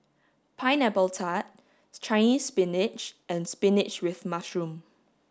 pineapple tart Chinese spinach and spinach with mushroom